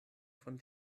von